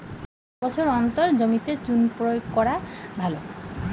কত বছর অন্তর জমিতে চুন প্রয়োগ করা ভালো?